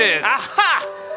Aha